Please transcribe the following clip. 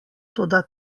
toda